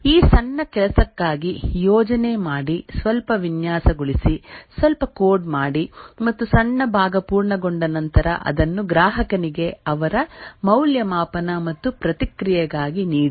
ಈ ಸಣ್ಣ ಕೆಲಸಕ್ಕಾಗಿ ಯೋಜನೆ ಮಾಡಿ ಸ್ವಲ್ಪ ವಿನ್ಯಾಸಗೊಳಿಸಿ ಸ್ವಲ್ಪ ಕೋಡ್ ಮಾಡಿ ಮತ್ತು ಸಣ್ಣ ಭಾಗ ಪೂರ್ಣಗೊಂಡ ನಂತರ ಅದನ್ನು ಗ್ರಾಹಕನಿಗೆ ಅವರ ಮೌಲ್ಯಮಾಪನ ಮತ್ತು ಪ್ರತಿಕ್ರಿಯೆಗಾಗಿ ನೀಡಿ